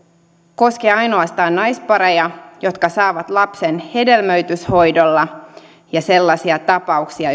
koskee ainoastaan naispareja jotka saavat lapsen hedelmöityshoidolla ja sellaisia tapauksia